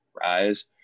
rise